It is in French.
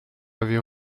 avait